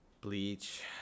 bleach